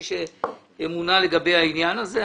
שלך מי שימונה לעניין הזה,